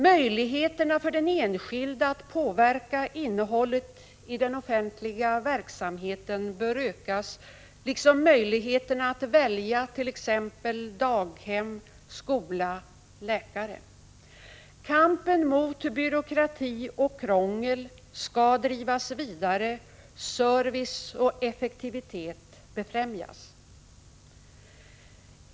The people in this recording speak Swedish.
Möjligheterna för den enskilde att påverka innehållet i den offentliga verksamheten bör ökas, liksom möjligheterna att välja t.ex. daghem, skola och läkare. Kampen mot byråkrati och krångel skall drivas vidare, service och effektivitet befrämjas.